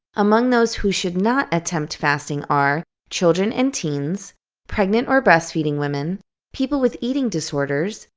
among those who should not attempt fasting are children and teens pregnant or breastfeeding women people with eating disorders,